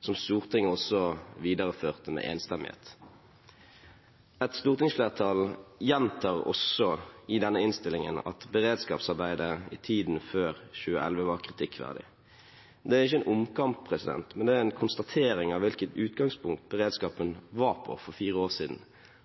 som Stortinget også videreførte med enstemmighet. Et stortingsflertall gjentar også i denne innstillingen at beredskapsarbeidet i tiden før 2011 var kritikkverdig. Det er ikke en omkamp, men det er en konstatering av hvilket utgangspunkt beredskapen var på for fire år siden,